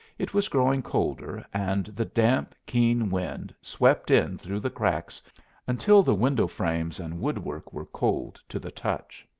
it was growing colder, and the damp, keen wind swept in through the cracks until the window-frames and woodwork were cold to the touch.